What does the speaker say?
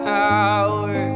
power